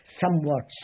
somewhat